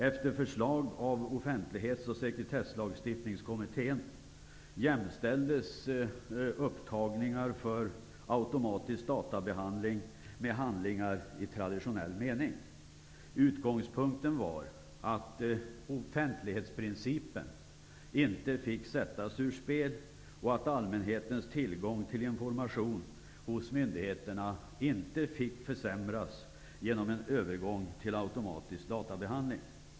Efter förslag av Offentlighets och sekretesslagstiftningskommittén jämställdes upptagningar för automatisk databehandling med handlingar i traditionell mening. Utgångspunkten var att offentlighetsprincipen inte fick sättas ur spel och att allmänhetens tillgång till information hos myndigheterna inte fick försämras genom en övergång till automatisk databehandling.